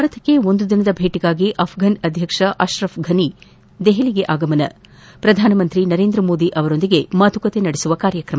ಭಾರತಕ್ಕೆ ಒಂದು ದಿನದ ಭೇಟಿಗಾಗಿ ಆಫನ್ ಅಧ್ಯಕ್ಷ ಆಕ್ರಫ್ ಫನಿ ದೆಹಲಿಗೆ ಆಗಮನ ಪ್ರಧಾನಮಂತ್ರಿ ನರೇಂದ್ರಮೋದಿ ಅವರೊಂದಿಗೆ ಮಾತುಕತೆ ನಡೆಸುವ ಕಾರ್ಯಕ್ರಮ